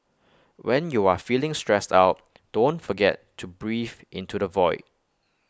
when you are feeling stressed out don't forget to breathe into the void